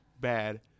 bad